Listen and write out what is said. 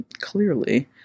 clearly